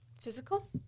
Physical